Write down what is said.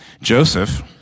Joseph